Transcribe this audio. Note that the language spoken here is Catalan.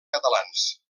catalans